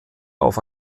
auf